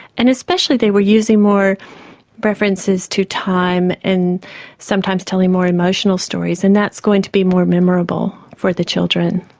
and especially they were using more references to time and sometimes telling more emotional stories and that's going to be more memorable for the children.